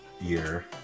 year